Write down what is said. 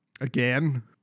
Again